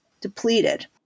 depleted